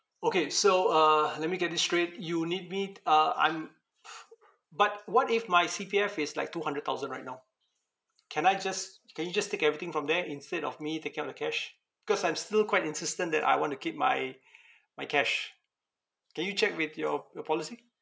okay so uh let me get this straight you need me t~ uh I'm but what if my C_P_F is like two hundred thousand right now can I just can you just take everything from there instead of me taking out the cash because I'm still quite insistent that I want to keep my my cash can you check with your your policy